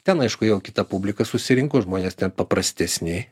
ten aišku jau kita publika susirinko žmonės ten paprastesni